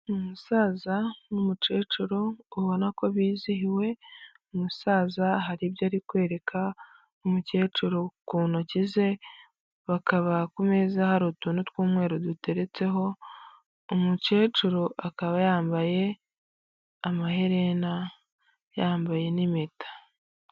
Umusaza n'umukecuru ubona ko bizihiwe, umusaza hari ibyo ari kwereka umukecuru ku ntoki ze bakaba ku meza hari utuntu tw'umweru duteretseho, umukecuru akaba yambaye amaherena yambaye n'impeta.